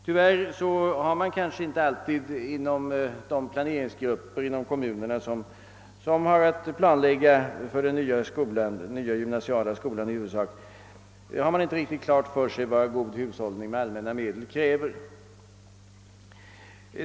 Beklagligtvis har man kanske inom de planeringsgrupper ute i kommunerna som har att lägga upp planerna för den nya skolan — i huvudsak den gymnasiala skolan — inte alltid riktigt klart för sig vad god hushållning med allmänna medel kräver.